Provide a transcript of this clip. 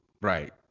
Right